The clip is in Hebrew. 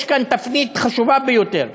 יש כאן תפנית חשובה ביותר.